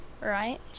Right